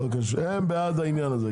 אני יודע מה העמדות שלהם,